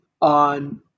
on